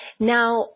Now